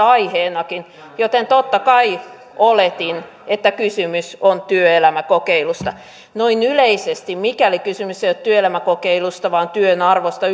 aiheenakin joten totta kai oletin että kysymys on työelämäkokeilusta noin yleisesti mikäli kysymys ei ole työelämäkokeilusta vaan työn arvosta